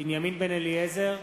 בנימין בן-אליעזר,